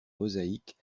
mosaïque